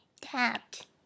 Tapped